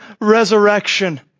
resurrection